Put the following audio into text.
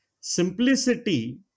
Simplicity